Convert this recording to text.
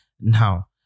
now